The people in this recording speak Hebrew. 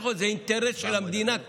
זה קודם אינטרס של המדינה.